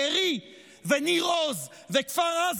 בארי, ניר עוז, כפר עזה,